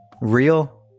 real